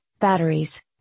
batteries